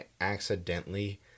accidentally